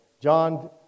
John